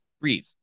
breathe